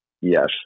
Yes